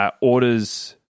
orders